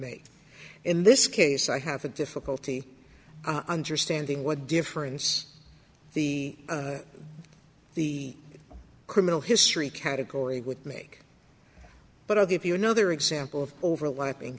make in this case i have a difficulty understanding what difference the the criminal history category with make but i'll give you another example of overlapping